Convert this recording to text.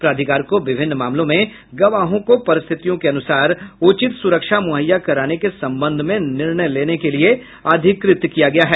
प्राधिकार को विभिन्न मामलों में गवाहों को परिस्थितियों के अनुसार उचित सुरक्षा मुहैया कराने के संबंध में निर्णय लेने के लिये अधिकृत किया गया है